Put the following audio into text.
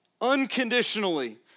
unconditionally